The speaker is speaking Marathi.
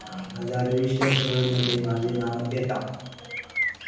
माझ्या रजिस्टर्ड शेयर मध्ये माझा नाव येता